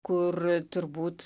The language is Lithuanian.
kur turbūt